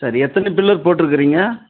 சரி எத்தனை பில்லர் போட்டிருக்குறீங்க